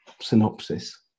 synopsis